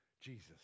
Jesus